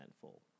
full